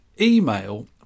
email